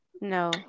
No